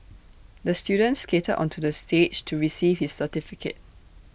the student skated onto the stage to receive his certificate